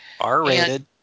R-rated